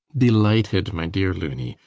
delighted, my dear loony.